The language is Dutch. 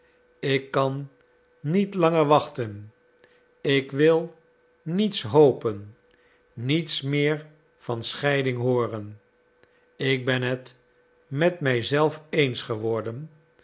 ik kan niet langer wachten ik wil niets hopen niets meer van scheiding hooren ik ben het met mij zelf eens geworden